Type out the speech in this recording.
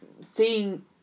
Seeing